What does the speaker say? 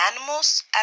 animals